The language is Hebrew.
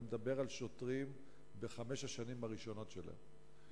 אני מדבר על שוטרים בחמש השנים הראשונות שלהם,